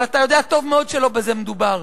אבל אתה יודע טוב מאוד שלא בזה מדובר,